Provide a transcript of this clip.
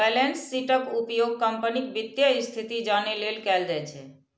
balance शीटक उपयोग कंपनीक वित्तीय स्थिति जानै लेल कैल जाइ छै